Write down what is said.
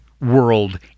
world